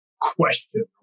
question